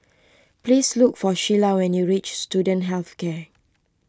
please look for Sheilah when you reach Student Health Care